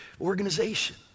organization